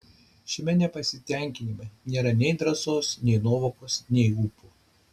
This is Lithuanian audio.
šiame nepasitenkinime nėra nei drąsos nei nuovokos nei ūpo